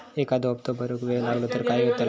एखादो हप्तो भरुक वेळ लागलो तर काय होतला?